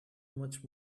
much